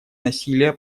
насилия